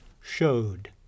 showed